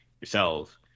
yourselves